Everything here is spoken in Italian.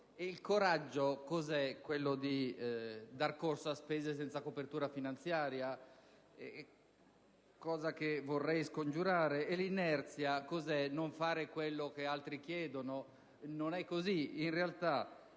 per coraggio: dare corso a spese senza copertura finanziaria (cosa che vorrei scongiurare)? E l'inerzia cos'è? Non fare quello che altri chiedono? Non è così.